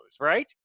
right